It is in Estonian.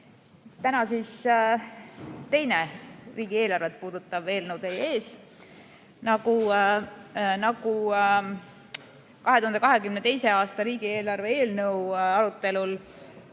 Tänane teine riigieelarvet puudutav eelnõu on teie ees. Nagu 2022. aasta riigieelarve eelnõu arutelul